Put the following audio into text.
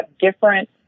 different